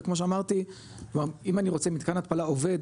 וכמו שאמרתי אם אני רוצה מתקן התפלה עובד